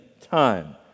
time